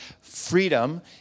freedom